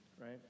right